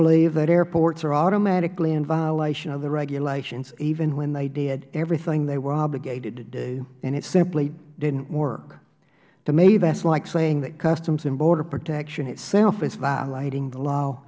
believe that airports are automatically in violation of the regulations even when they did everything they were obligated to do and it simply didn't work to me that's like saying that customs and border protection itself is violating the l